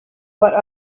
what